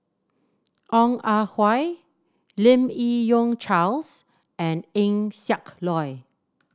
Ong Ah Hoi Lim Yi Yong Charles and Eng Siak Loy